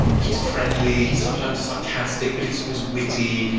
he's friendly. he's sometimes sarcastic, but he's always witty.